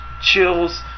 chills